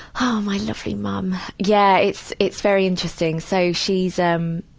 oh, my lovely mom. yeah, it's, it's very interesting. so, she's, um,